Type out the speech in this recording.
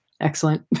Excellent